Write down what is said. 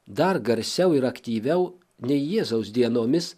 dar garsiau ir aktyviau nei jėzaus dienomis